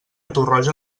torroja